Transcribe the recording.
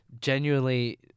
Genuinely